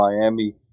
Miami